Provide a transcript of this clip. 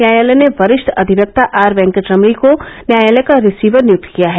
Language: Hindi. न्यायालय ने वरिष्ठ अधिवक्ता और वेंकेटरमणी को न्यायालय का रिसीवर नियुक्त किया है